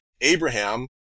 Abraham